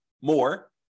more